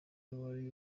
wari